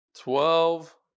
Twelve